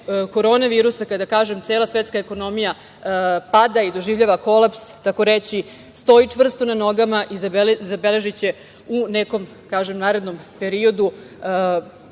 korona virusa, kada, kažem, cela svetska ekonomija pada i doživljava kolaps takoreći stoji čvrsto na nogama neće zabeležiti u nekom narednom periodu